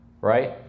right